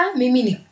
mimi